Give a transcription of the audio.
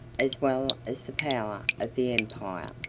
as well as the power, of the empire.